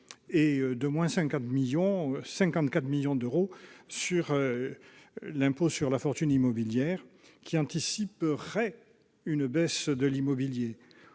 celle de 54 millions d'euros de l'impôt sur la fortune immobilière, qui anticiperait une baisse de l'immobilier.